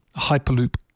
Hyperloop